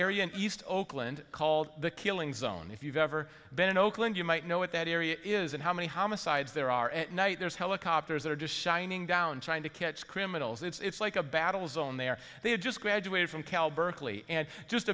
in east oakland called the killing zone if you've ever been in oakland you might know what that area is and how many homicides there are at night there's helicopters that are just shining down trying to catch criminals it's like a battle zone there they had just graduated from cal berkeley and just